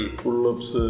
pull-ups